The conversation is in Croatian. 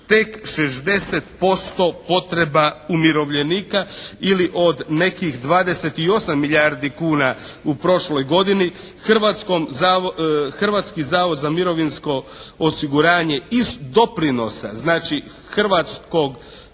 tek 60% potreba umirovljenika ili od nekih 28 milijardi kuna u prošloj godini. Hrvatski zavod za mirovinsko osiguranje iz doprinosa, znači hrvatskog